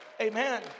Amen